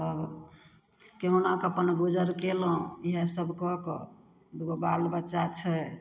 तब कहुनाके अपन गुजर कएलहुँ इएहसब कऽ कऽ दुइगो बाल बच्चा छै तब